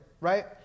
right